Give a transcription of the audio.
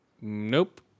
Nope